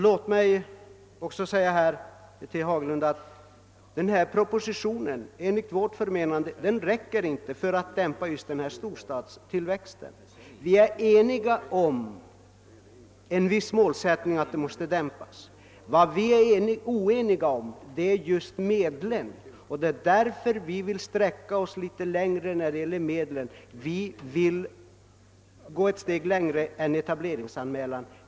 Låt mig emellertid också säga till herr Haglund att de åtgärder som föreslås i den nu aktuella propositionen enligt mitt förmenande inte räcker för att dämpa storstadstillväxten. Vi är nog eniga om målsättningen att den måste dämpas. Vad vi är oeniga om är frågan om medlen härför. Vi vill gå ett steg längre än till enbart en etableringsanmälan.